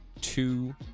two